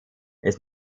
his